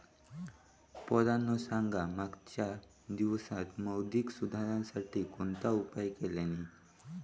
पोरांनो सांगा मागच्या दिवसांत मौद्रिक सुधारांसाठी कोणते उपाय केल्यानी?